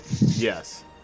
Yes